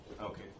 okay